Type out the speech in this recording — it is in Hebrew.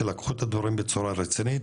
שלקחו את הדברים בצורה רצינית,